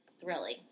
thrilling